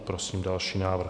Prosím další návrh.